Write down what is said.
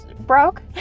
broke